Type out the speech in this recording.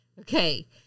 Okay